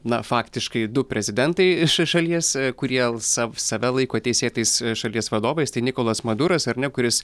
na faktiškai du prezidentai ša šalies kurie sav save laiko teisėtais šalies vadovais tai nikolas maduras ar ne kuris